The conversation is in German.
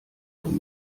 von